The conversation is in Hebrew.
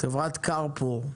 חברת קרפור.